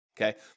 Okay